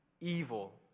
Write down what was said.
evil